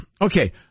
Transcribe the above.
Okay